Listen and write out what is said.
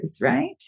right